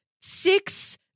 Six